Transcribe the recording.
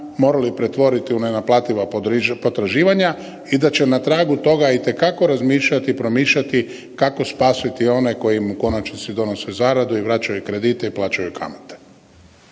morali pretvoriti u nenaplativa potraživanja i da će na tragu toga itekako razmišljati i promišljati kako spasiti one koji im u konačnici donose zaradu i vraćaju kredite i plaćaju kamate.